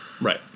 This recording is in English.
right